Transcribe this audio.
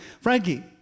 Frankie